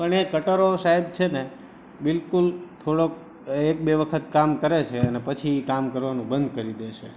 પણ એ કટરો સાહેબ છે ને બિલકુલ થોડોક એક બે વખત કામ કરે છે અને પછી એ કામ કરવાનું બંધ કરી દે છે